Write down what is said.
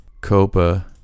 Copa